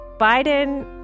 Biden